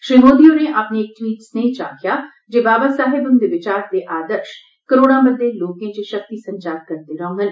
श्री मोदी होरें अपने इक ट्वीट स्नेह् च आक्खेआ जे बाबा साहिब हुंदे विचार ते आदर्श कारोड़ा बद्दे लोकें च शक्ति संचार करदे रौंडन